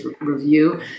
review